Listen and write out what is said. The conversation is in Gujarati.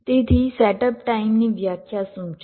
તેથી સેટઅપ ટાઇમની વ્યાખ્યા શું છે